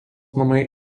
namai